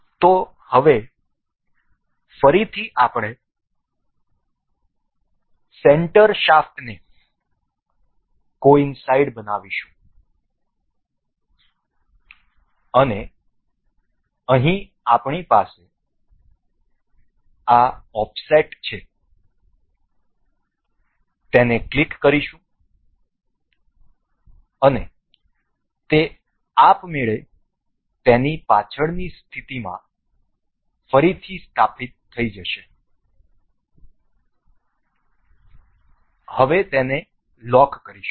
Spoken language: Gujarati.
તેથી હવે ફરીથી આપણે સેન્ટર શાફ્ટને કોઈન્સાઈડ બનાવીશું અને અહીં આપણી પાસે આ ઓફસેટ છે ક્લિક કરીશું અને તે આપમેળે તેની પાછલી સ્થિતિમાં ફરીથી સ્થાપિત થશે અને તેને લોક કરીશું